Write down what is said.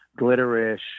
glitterish